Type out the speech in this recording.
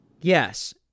Yes